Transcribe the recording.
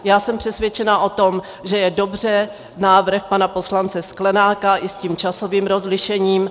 Já jsem přesvědčena o tom, že je dobře návrh pana poslance Sklenáka i s tím časovým rozlišením.